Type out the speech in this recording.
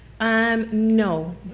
No